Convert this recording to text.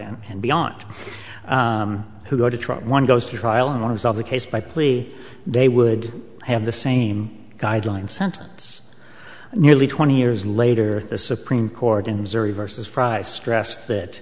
high and beyond who go to trial one goes to trial and want to solve the case by plea they would have the same guidelines sentence nearly twenty years later the supreme court in missouri versus fry's stressed that